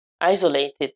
isolated